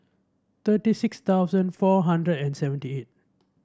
thirty six thousand four hundred and seventy eight